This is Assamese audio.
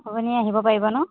আপুনি আহিব পাৰিবনে